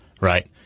Right